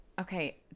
Okay